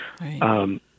right